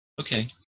Okay